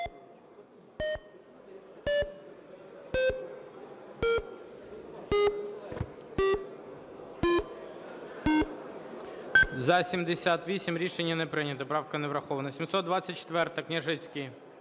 За-78 Рішення не прийнято. Правка не врахована. 724-а, Княжицький.